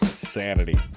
sanity